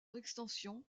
extension